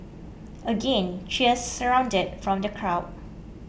again cheers surrounded from the crowd